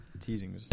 Teasing